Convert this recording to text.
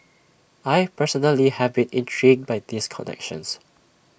I personally have been intrigued by these connections